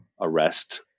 arrest